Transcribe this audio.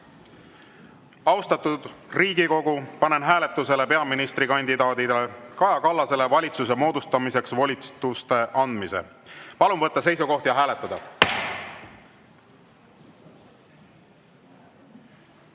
Austatud Riigikogu, panen hääletusele peaministrikandidaat Kaja Kallasele valitsuse moodustamiseks volituste andmise. Palun võtta seisukoht ja hääletada!